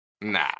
Nah